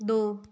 ਦੋ